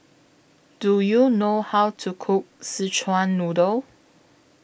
Do YOU know How to Cook Szechuan Noodle